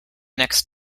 next